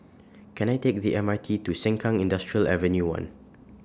Can I Take The M R T to Sengkang Industrial Avenue one